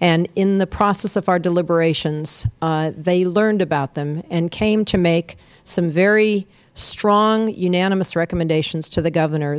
in the process of our deliberations they learned about them and came to make some very strong unanimous recommendations to the governor